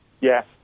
yes